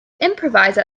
improvise